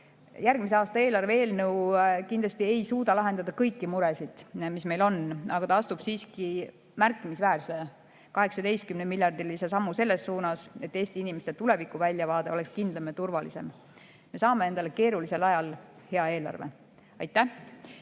Järgmise aasta eelarve eelnõu kindlasti ei suuda lahendada kõiki muresid, mis meil on, aga ta astub siiski märkimisväärse, 18-miljardilise sammu selles suunas, et Eesti inimeste tulevikuväljavaade oleks kindlam ja turvalisem. Me saame endale keerulisel ajal hea eelarve. Aitäh!